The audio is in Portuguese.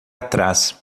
atrás